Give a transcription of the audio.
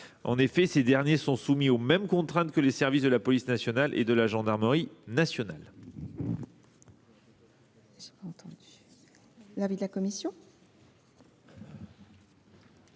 En effet, ces derniers sont soumis aux mêmes contraintes que les services de la police nationale et de la gendarmerie nationale.